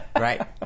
Right